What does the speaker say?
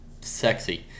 sexy